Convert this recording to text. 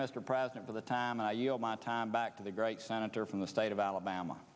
mr president for the time i yield my time back to the great senator from the state of alabama